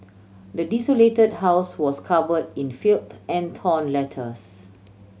the desolated house was cover in filth and torn letters